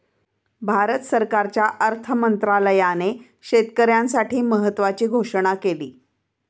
भारत सरकारच्या अर्थ मंत्रालयाने शेतकऱ्यांसाठी महत्त्वाची घोषणा केली